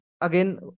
again